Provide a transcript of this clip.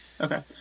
Okay